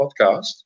podcast